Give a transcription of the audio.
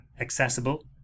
accessible